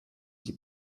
sie